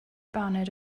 baned